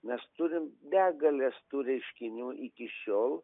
mes turim negalės tų reiškinių iki šiol